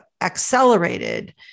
accelerated